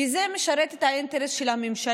כי זה משרת את האינטרס של הממשלה,